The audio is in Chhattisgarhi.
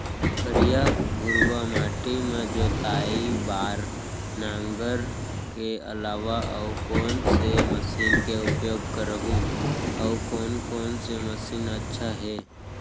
करिया, भुरवा माटी म जोताई बार नांगर के अलावा अऊ कोन से मशीन के उपयोग करहुं अऊ कोन कोन से मशीन अच्छा है?